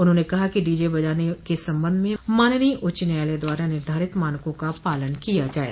उन्होंने कहा कि डीजे बजाने के संबंध में माननीय उच्च न्यायालय द्वारा निर्धारित मानकों का पालन किया जाये